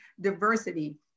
diversity